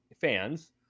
fans